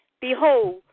Behold